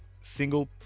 single